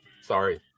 Sorry